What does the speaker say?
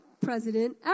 president